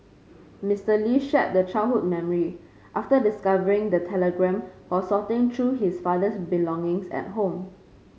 Mister Lee shared the childhood memory after discovering the telegram while sorting through his father's belongings at home